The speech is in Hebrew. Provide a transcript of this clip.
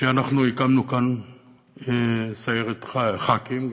שהקמנו כאן סיירת ח"כים.